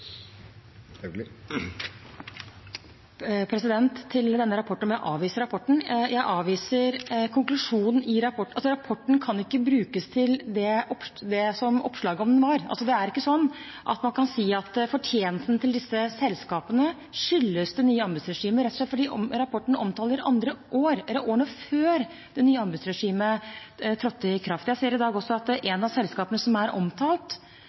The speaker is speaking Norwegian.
med at jeg avviser rapporten: Jeg avviser konklusjonen i rapporten, for rapporten kan ikke brukes slik oppslaget om den gjorde. Det er ikke slik at man kan si at fortjenesten til disse selskapene skyldes det nye anbudsregimet, rett og slett fordi rapporten omtaler andre år, årene før det nye anbudsregimet trådte i kraft. Jeg ser i dag at et av selskapene som er omtalt,